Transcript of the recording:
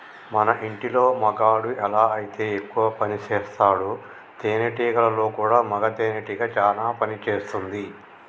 మన ఇంటిలో మగాడు ఎలా అయితే ఎక్కువ పనిసేస్తాడో తేనేటీగలలో కూడా మగ తేనెటీగ చానా పని చేస్తుంది